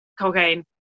cocaine